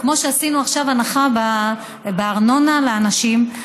כמו שעשינו עכשיו הנחה בארנונה לאנשים,